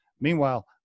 meanwhile